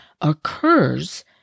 occurs